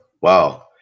Wow